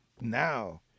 now